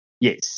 Yes